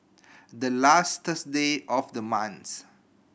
the last Thursday of the month